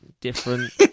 Different